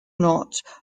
not